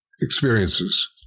experiences